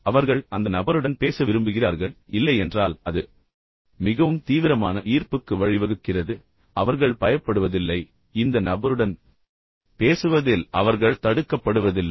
அவர்கள் அந்த நபருடன் பேச விரும்புகிறார்கள் இல்லையென்றால் அது மிகவும் தீவிரமான ஈர்ப்புக்கு வழிவகுக்கிறது ஆனால் குறைந்தபட்சம் அவர்கள் பயப்படுவதில்லை இந்த நபருடன் பேசுவதில் அவர்கள் தடுக்கப்படுவதில்லை